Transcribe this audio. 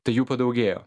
tai jų padaugėjo